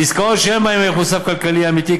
ועסקאות שאין בהן ערך מוסף כלכלי אמיתי,